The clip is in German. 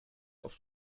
auf